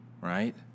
right